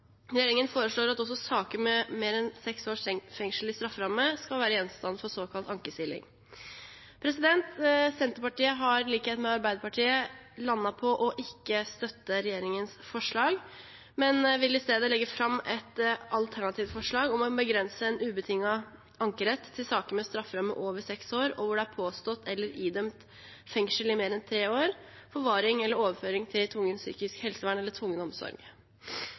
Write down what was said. Regjeringen foreslår at også saker med mer enn seks års fengsel i strafferamme skal være gjenstand for såkalt ankesiling. Senterpartiet har i likhet med Arbeiderpartiet landet på å ikke støtte regjeringens forslag, men vil i stedet legge fram et alternativt forslag om å begrense en ubetinget ankerett til saker med strafferamme over seks år, og hvor det er påstått eller idømt fengsel i mer enn tre år, forvaring eller overføring til tvungent psykisk helsevern eller tvungen omsorg.